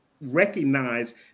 recognize